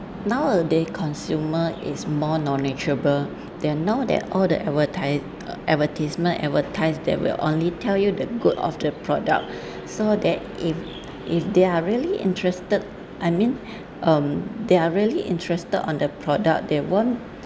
nowadays consumer is more knowledgeable they know that all the advertise advertisement advertise that will only tell you that good of the product so that if if they are really interested I mean um they are really interested on the product they won't